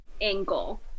angle